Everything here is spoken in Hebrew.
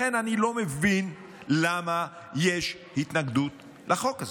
לכן אני לא מבין למה יש התנגדות לחוק הזה.